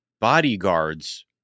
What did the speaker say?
bodyguards